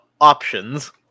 options